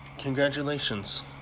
Congratulations